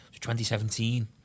2017